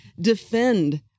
defend